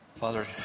Father